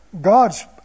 God's